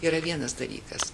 yra vienas dalykas